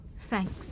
Thanks